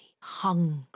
hungry